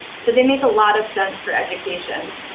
so they make a lot of sense for education.